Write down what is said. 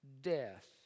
death